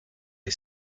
les